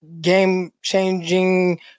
game-changing